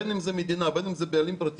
בין אם זאת המדינה ובין אם אלה בעלים פרטיים,